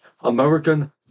American